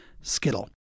skittle